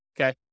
okay